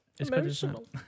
emotional